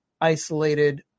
isolated